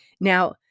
Now